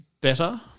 better